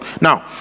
now